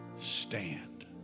stand